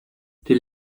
die